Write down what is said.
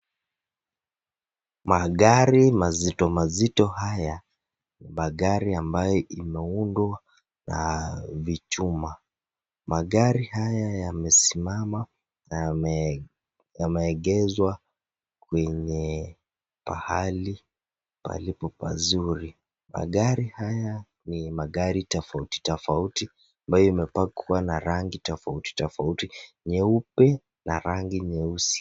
Magari mazito mazito haya. Magari ambayo imeundwa na vichuma. Magari haya yamesimama na yameegezwa kwenye pahali palipo pazuri. Magari haya ni magari tofauti tofauti ndo imepakwa na rangi tofauti tofauti; nyeupe na rangi nyeusi.